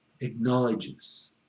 acknowledges